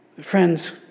friends